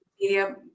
media